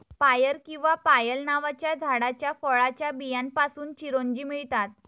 पायर किंवा पायल नावाच्या झाडाच्या फळाच्या बियांपासून चिरोंजी मिळतात